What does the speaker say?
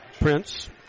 Prince